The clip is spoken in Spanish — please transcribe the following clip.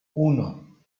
uno